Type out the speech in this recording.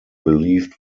believed